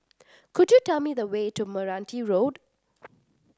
could you tell me the way to Meranti Road